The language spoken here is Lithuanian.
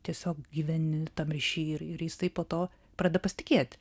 tiesiog gyveni tam ryšy ir ir jisai po to pradeda pasitikėt